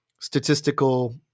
statistical